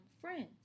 friends